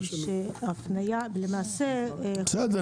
היא שהפנייה למעשה --- בסדר,